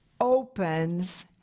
opens